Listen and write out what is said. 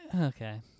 okay